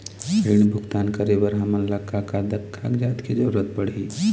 ऋण भुगतान करे बर हमन ला का का कागजात के जरूरत पड़ही?